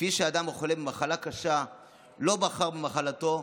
כפי שאדם החולה במחלה קשה לא בחר במחלתו,